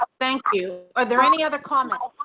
ah thank you. are there any other comments.